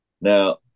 now